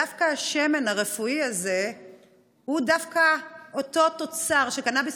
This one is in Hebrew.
דווקא השמן הרפואי הזה הוא אותו תוצר של קנביס